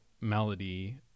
melody